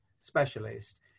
specialist